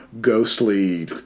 ghostly